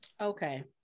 Okay